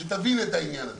שתבין את העניין הזה.